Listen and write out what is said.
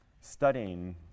studying